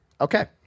Okay